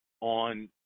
on